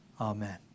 Amen